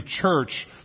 church